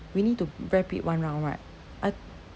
we need to wrap it one round right I